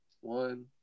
one